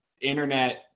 internet